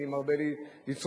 אני מרבה לצרוך,